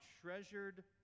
treasured